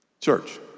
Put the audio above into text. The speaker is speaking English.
Church